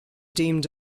deemed